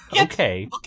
okay